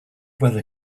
weather